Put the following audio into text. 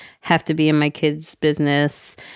have-to-be-in-my-kids-business